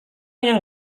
yang